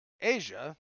Asia